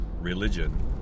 religion